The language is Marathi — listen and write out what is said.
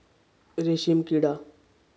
रेशीमकिडा